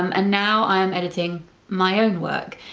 um and now i am editing my own work,